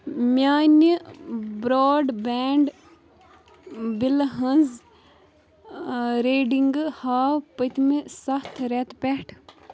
میٛانہِ broadband بِلہِ ہٕنٛز ریڈِنٛگہٕ ہاو پٔتۍمہِ سَتھ رٮ۪تہٕ پٮ۪ٹھٕ